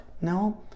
No